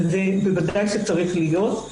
זה בוודאי שצריך להיות.